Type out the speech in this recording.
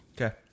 Okay